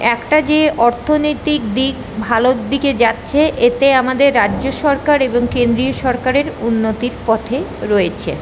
একটা যে অর্থনৈতিক দিক ভালোর দিকে যাচ্ছে এতে আমাদের রাজ্য সরকার এবং কেন্দ্রীয় সরকারের উন্নতির পথে রয়েছে